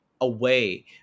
away